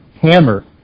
hammer